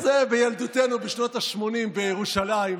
זה בילדותנו, בשנות השמונים בירושלים.